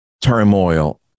turmoil